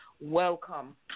welcome